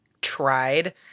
tried